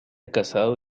casado